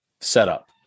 setup